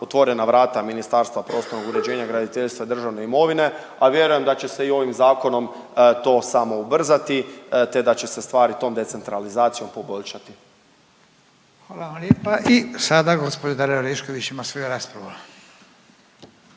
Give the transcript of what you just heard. otvorena vrata Ministarstva prostornog uređenja, graditeljstva, državne imovine, a vjerujem da će se i ovim zakonom to samo ubrzati, te da će se stvari tom decentralizacijom poboljšati. **Radin, Furio (Nezavisni)** Hvala vam lijepa. I sada gospođa Dalija Orešković ima svoju raspravu.